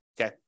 okay